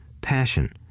passion